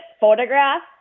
Photograph